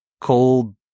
cold